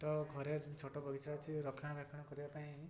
ତ ଘରେ ଛୋଟ ବଗିଚା ଅଛି ରକ୍ଷଣାବେକ୍ଷଣ କରିବା ପାଇଁ